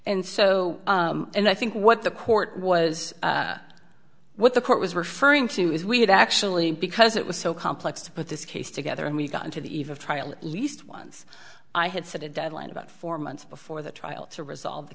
and so and i think what the court was what the court was referring to is we had actually because it was so complex to put this case together and we got into the eve of trial at least once i had set a deadline about four months before the trial to resolve the